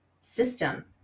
system